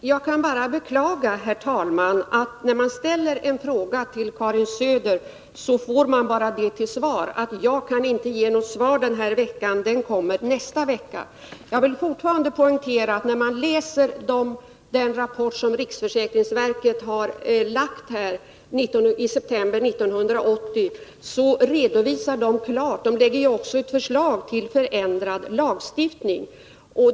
Herr talman! Jag kan bara beklaga att när man ställer en fråga till Karin Söder, får man endast till svar: Jag kan inte ge något svar den här veckan, det kommer nästa vecka. Jag vill fortfarande poängtera att när man läser den rapport som riksförsäkringsverket lämnade i september 1980 finner man en klar redovisning. Verket lägger fram ett förslag till förändrad lagstiftning.